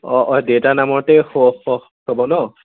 অঁ অঁ দেউতাৰ নামতেই হ'ব ন